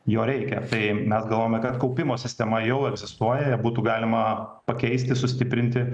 jo reikia tai mes galvojame kad kaupimo sistema jau egzistuoja būtų galima pakeisti sustiprinti